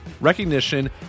recognition